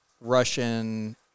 Russian